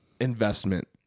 investment